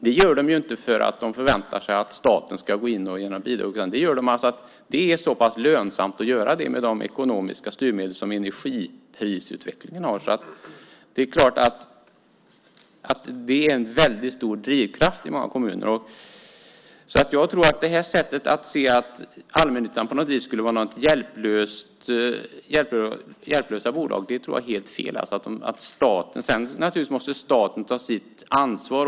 Det gör de inte för att de förväntar sig att staten ska gå in och ge några bidrag, utan det är så pass lönsamt att göra det i och med de ekonomiska styrmedel som energiprisutvecklingen har. Det är klart att det är en väldigt stor drivkraft i många kommuner. Jag tror att det här sättet att tänka, att allmännyttans bolag på något vis skulle vara hjälplösa bolag, är helt fel. Sedan måste naturligtvis staten ta sitt ansvar.